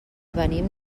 venim